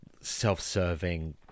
self-serving